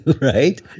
Right